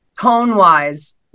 tone-wise